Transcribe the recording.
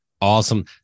Awesome